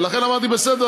ולכן אמרתי: בסדר,